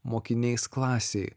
mokiniais klasėj